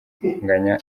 kunganya